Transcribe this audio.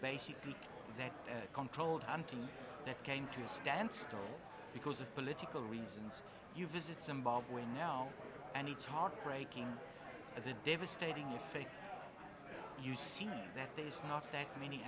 basically that controlled i'm team that came to a standstill because of political reasons you visit zimbabwe now and it's heartbreaking of a devastating effect you seen that there's not that many